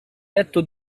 letto